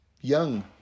young